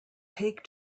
take